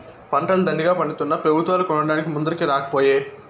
పంటలు దండిగా పండితున్నా పెబుత్వాలు కొనడానికి ముందరికి రాకపోయే